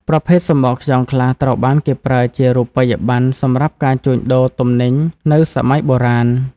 ប្រភេទសំបកខ្យងខ្លះត្រូវបានគេប្រើជារូបិយប័ណ្ណសម្រាប់ការជួញដូរទំនិញនៅសម័យបុរាណ។